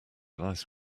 lies